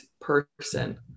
person